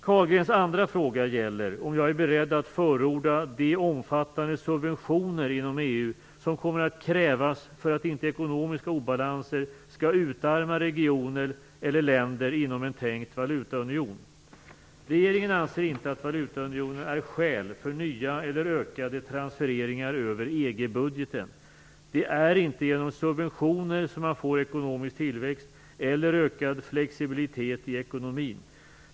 Carlgrens andra fråga gäller om jag är beredd att förorda de omfattande subventioner genom EU som kommer att krävas för att inte ekonomiska obalanser skall utarma regioner eller länder inom en tänkt valutaunion. Regeringen anser inte att valutaunionen är skäl för nya eller ökade transfereringar över EG budgeten. Det är inte genom subventioner som man får ekonomisk tillväxt eller ökad flexibilitet i ekonomin.